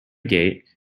gate